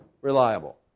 reliable